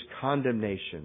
condemnation